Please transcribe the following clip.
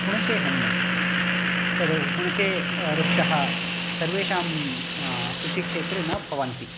हुणसे हण्णु तद् हुणसे वृक्षः सर्वेषां कृषिक्षेत्रे न भवन्ति